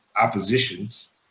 oppositions